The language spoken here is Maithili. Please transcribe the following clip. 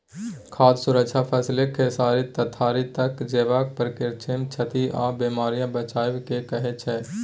खाद्य सुरक्षा फसलकेँ खेतसँ थारी तक जेबाक प्रक्रियामे क्षति आ बेमारीसँ बचाएब केँ कहय छै